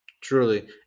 truly